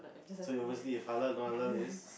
so obviously If I learn one I learn is